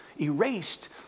erased